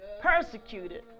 persecuted